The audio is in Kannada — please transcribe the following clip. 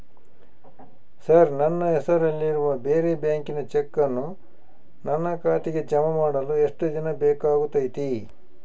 ಸರ್ ನನ್ನ ಹೆಸರಲ್ಲಿ ಇರುವ ಬೇರೆ ಬ್ಯಾಂಕಿನ ಚೆಕ್ಕನ್ನು ನನ್ನ ಖಾತೆಗೆ ಜಮಾ ಮಾಡಲು ಎಷ್ಟು ದಿನ ಬೇಕಾಗುತೈತಿ?